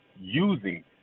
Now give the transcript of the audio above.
using